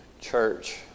church